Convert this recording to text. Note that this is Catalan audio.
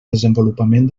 desenvolupament